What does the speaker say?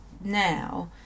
now